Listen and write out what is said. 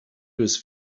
whose